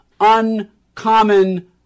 Uncommon